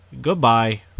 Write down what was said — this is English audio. goodbye